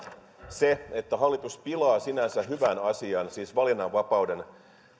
se että hallitus pilaa sinänsä hyvän asian siis valinnanvapauden